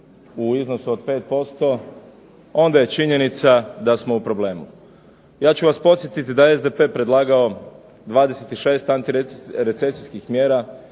u iznosu od 5%, onda je činjenica da smo u problemu. Ja ću vas podsjetiti da je SDP predlagao 26 antirecesijskih mjera,